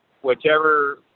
whichever